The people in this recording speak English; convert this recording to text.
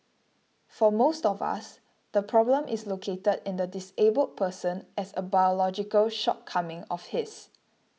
for most of us the problem is located in the disabled person as a biological shortcoming of his